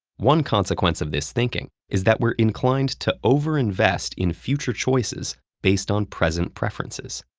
one consequence of this thinking is that we're inclined to overinvest in future choices based on present preferences.